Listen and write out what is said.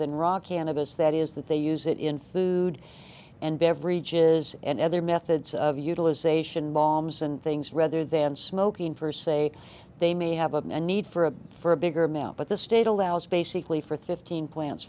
than raw cannabis that is that they use it in food and beverages and other methods of utilization bombs and things rather than smoking for say they may have a need for a for a bigger amount but the state allows basically for thirteen plants